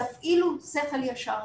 תפעילו שכל ישר,